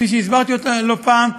כפי שהסברתי אותה לא פעם,